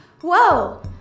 Whoa